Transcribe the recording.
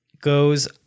goes